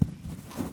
שלהם